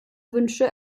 wünsche